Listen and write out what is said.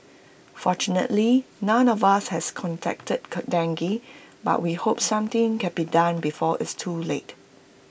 fortunately none of us has contracted dengue but we hope something can be done before it's too late